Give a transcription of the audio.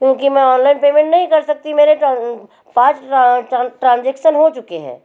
क्योंकि मैं online payment नहीं कर सकती मेरे पाँच ट्रांजेक्शन हो चुके हैं